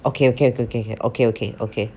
okay okay okay okay okay okay okay